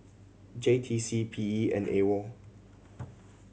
J T C P E and AWOL